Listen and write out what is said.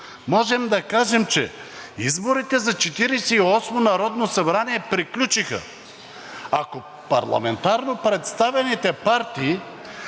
можем да кажем, че изборите за Четиридесет и осмо народно събрание приключиха. Ако парламентарно представените партии